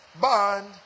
bond